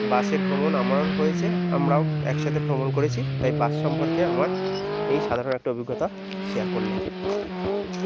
বাসের ভ্রমণ আমার হয়েছে আমরাও একসাথে ভ্রমণ করেছি তাই বাস সম্পর্কে আমার এই সাধারণ একটা অভিজ্ঞতা শেয়ার করলাম